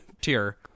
tier